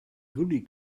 gully